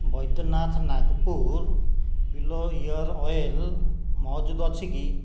Baidyanath Nagpur Bilwa ear oil ମହଜୁଦ ଅଛି କି